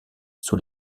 sous